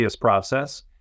process